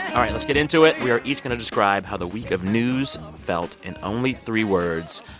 all right. let's get into it. we are each going to describe how the week of news felt in only three words.